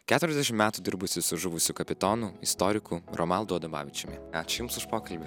keturiasdešim metų dirbusi su žuvusiu kapitonu istoriku romaldu adomavičiumi ačiū jums už pokalbį